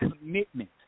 commitment